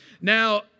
Now